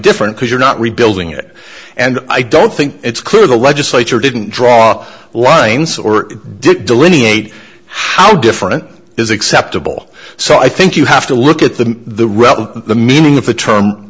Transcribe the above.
different because you're not rebuilding it and i don't think it's clear the legislature didn't draw lines or dick delineate how different is acceptable so i think you have to look at the the rest of the meaning of the term